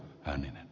ikääntyessä